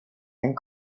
and